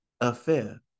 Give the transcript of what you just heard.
affair